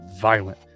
violent